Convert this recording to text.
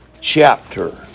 chapter